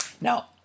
Now